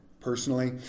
personally